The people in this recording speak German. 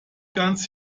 ganz